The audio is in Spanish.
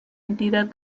entidad